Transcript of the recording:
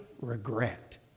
regret